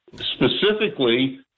specifically